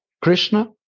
Krishna